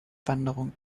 wanderung